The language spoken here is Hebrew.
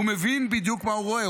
הוא מבין בדיוק מה הוא רואה,